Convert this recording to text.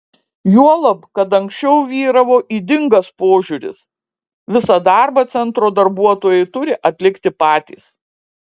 juolab kad anksčiau vyravo ydingas požiūris visą darbą centro darbuotojai turi atlikti patys